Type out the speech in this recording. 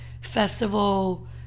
festival